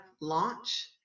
launch